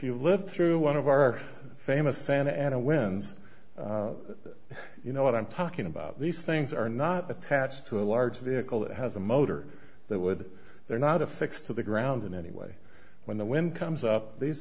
you live through one of our famous santa ana winds you know what i'm talking about these things are not attached to a large vehicle that has a motor that would they're not affixed to the ground in any way when the wind comes up these